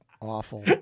Awful